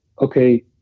Okay